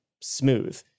smooth